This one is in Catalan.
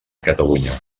catalunya